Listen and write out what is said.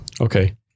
Okay